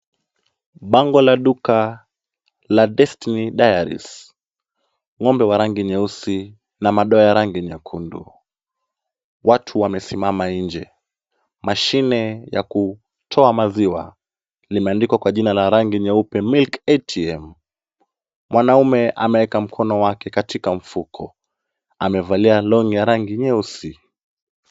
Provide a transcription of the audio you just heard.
Bango la duka la Destiny Diaries. Ng'ombe wa rangi nyeusi na madoa ya rangi nyekundu. Watu wamesimama nje. Mashine ya kutoa maziwa limeandikwa kwa jina na rangi nyeupe Milk ATM. Mwanaume ameweka mkono wake katika mfuko. Amevalia long'i ya rangi nyeusi.